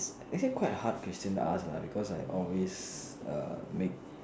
actually quite hard question to ask ah because I always err make